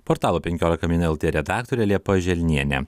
portalo penkiolika min lt redaktorė liepa želnienė